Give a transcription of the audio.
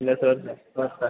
ഇല്ല സാർ ഇല്ല ഇപ്പം വരാട്ടോ